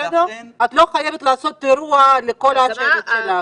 את לא חייבת לעשות אירוע לכל השבט שלך.